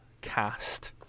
cast